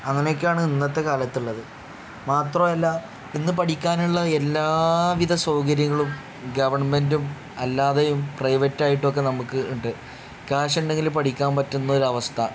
അങ്ങനെ ഒക്കെയാണ് ഇന്നത്തെ കാലത്ത് ഉള്ളത് മാത്രമല്ല ഇന്ന് പഠിക്കാനുള്ള എല്ലാവിധ സൗകര്യങ്ങളും ഗവൺമെൻറ്റും അല്ലാതെയും പ്രൈവറ്റായിട്ടും ഒക്കെ നമുക്ക് ഉണ്ട് ക്യാഷ് ഉണ്ടെങ്കിൽ പഠിക്കാൻ പറ്റുന്ന ഒരു അവസ്ഥ